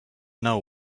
know